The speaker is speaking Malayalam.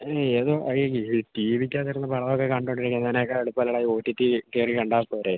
ഏതാ ഈ ടിവിക്കകത്ത് ഇരുന്ന് പടമൊക്കെ കണ്ടോണ്ടിരിക്കുന്നതിനേക്കാള് എളുപ്പമല്ലേടാ ഈ ഒ ടി ടി കയറി കണ്ടാൽ പോരെ